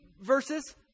verses